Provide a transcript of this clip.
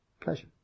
pleasure